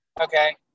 Okay